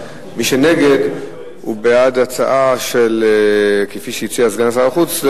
מי שנגד הוא בעד ההצעה כפי שהציע סגן שר החוץ,